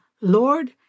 Lord